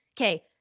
Okay